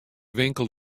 winkel